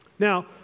Now